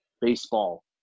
baseball